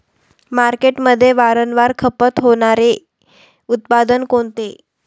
मार्केटमध्ये वारंवार खपत होणारे उत्पादन कोणते?